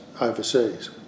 overseas